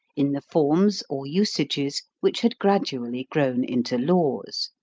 in the forms or usages which had gradually grown into laws.